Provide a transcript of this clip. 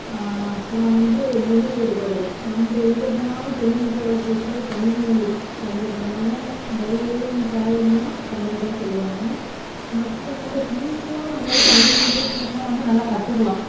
அப்புறம் வந்து மொழி வேறுபாடுகள் நம்ம எங்கள் போனாலும் தென் இந்தியாவில் பேசுகிற தமிழ் மொழி தான் எங்கள் போனாலும் மொழிகளின் தாயகம்னா தமிழ் தான் சொல்லுவாங்க மற்ற நம்ம ஈஸியாக நம்ம வந்து தமிழ் மொழிய சீக்கிரம் வந்து நல்லா கற்றுக்கலாம்